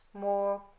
more